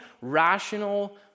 rational